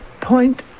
point